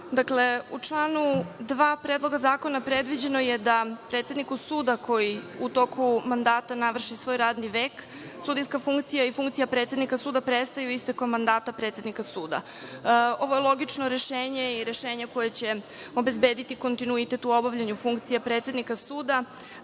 Dakle, u članu 2. Predloga zakona predviđeno je da predsedniku suda koji u toku mandata navri svoj radni vek, sudijska funkcija i funkcija predsednika suda prestaje istekom mandata predsednika suda. Ovo je logično rešenje i rešenje koje će obezbediti kontinuitet u obavljanju funkcije predsednika suda.